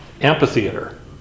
amphitheater